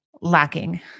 lacking